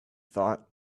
thought